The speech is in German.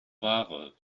ware